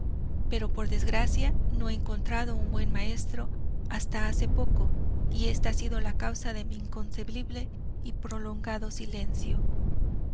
pero por desgracia no he encontrado un buen maestro hasta hace poco y esta ha sido la causa de mi inconcebible y prolongado silencio